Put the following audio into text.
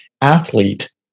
athlete